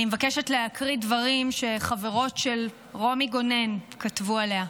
אני מבקשת להקריא דברים שחברות של רומי גונן כתבו עליה.